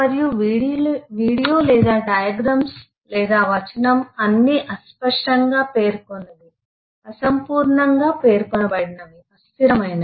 మరియు వీడియో లేదా డయాగ్రమ్స్ లేదా వచనం అన్నీ అస్పష్టంగా పేర్కొన్నవి అసంపూర్ణంగా పేర్కొనబడినవి అస్థిరమైనవి